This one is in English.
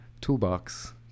toolbox